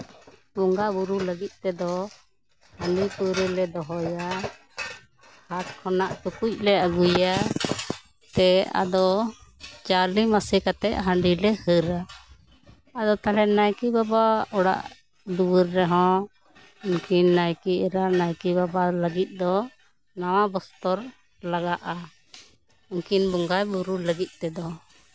ᱵᱚᱸᱜᱟ ᱵᱳᱨᱳ ᱞᱟᱹᱜᱤᱫ ᱛᱮᱫᱚ ᱦᱟᱺᱰᱤ ᱯᱟᱹᱣᱨᱟᱹ ᱞᱮ ᱫᱚᱦᱚᱭᱟ ᱦᱟᱴ ᱠᱷᱚᱱᱟᱜ ᱴᱩᱠᱩᱪ ᱞᱮ ᱟᱜᱩᱭᱟ ᱚᱱᱟᱛᱮ ᱟᱫᱚ ᱪᱟᱣᱞᱮ ᱢᱮᱥᱟ ᱠᱟᱛᱮᱜ ᱦᱟᱺᱰᱤ ᱞᱮ ᱦᱟᱹᱨ ᱟ ᱟᱫᱚ ᱛᱟᱦᱚᱞᱮ ᱱᱟᱭᱠᱮ ᱵᱟᱵᱟᱣᱟᱜ ᱚᱲᱟᱜ ᱫᱩᱣᱟᱹᱨ ᱨᱮᱦᱚᱸ ᱱᱩᱠᱤᱱ ᱱᱟᱭᱠᱮ ᱮᱨᱟ ᱱᱟᱭᱠᱮ ᱵᱟᱵᱟ ᱞᱟᱹᱜᱤᱫ ᱫᱚ ᱱᱟᱣᱟ ᱵᱚᱥᱛᱚᱨ ᱞᱟᱜᱟᱜᱼᱟ ᱩᱱᱠᱤᱱ ᱵᱚᱸᱜᱟᱭ ᱵᱳᱨᱳ ᱞᱟᱹᱜᱤᱫ ᱛᱮᱫᱚ